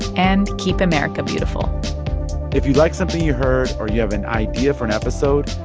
and keep america beautiful if you like something you heard or you have an idea for an episode,